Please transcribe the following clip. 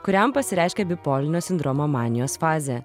kuriam pasireiškia bipolinio sindromo manijos fazė